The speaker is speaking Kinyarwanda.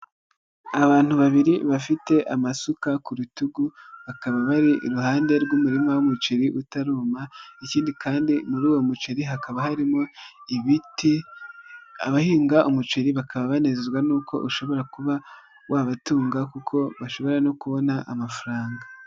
Abantu babiri bafite amasuka ku rutugu, bakaba bari iruhande rw'umurima w'umuceri utaruma, ikindi kandi muri uwo muceri hakaba harimo ibiti, abahinga umuceri bakaba banezezwa n'uko ushobora kuba wabatunga kuko bashobora no kubona amafaranga.